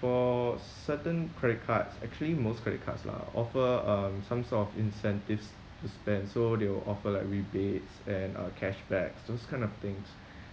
for certain credit cards actually most credit cards lah offer um some sort of incentives to spend so they will offer like rebates and uh cashbacks those kind of things